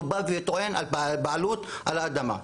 בא וטוען על בעלות על האדמה.